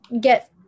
get